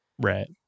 Right